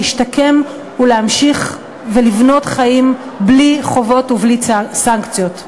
להשתקם ולהמשיך ולבנות חיים בלי חובות ובלי סנקציות.